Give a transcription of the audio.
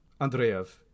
Andreev